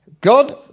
God